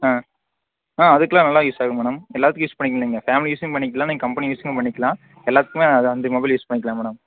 ஆ ஆ அதுக்கெல்லாம் நல்லா யூஸ் ஆகும் மேடம் எல்லாத்துக்கும் யூஸ் பண்ணிக்கலாம் நீங்கள் ஃபேமிலி யூஸும் பண்ணிக்கலாம் நீங்கள் கம்பெனி யூஸும் பண்ணிக்கலாம் எல்லாத்துக்கும் அது அந்த மொபைல் யூஸ் பண்ணிக்கலாம் மேடம்